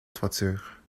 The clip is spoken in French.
toiture